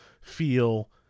feel